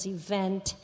event